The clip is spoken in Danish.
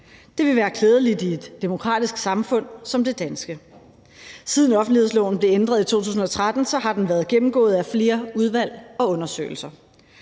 Det ville være klædeligt i et demokratisk samfund som det danske. Siden offentlighedsloven blev ændret i 2013, har den været gennemgået af flere udvalg og undersøgelser.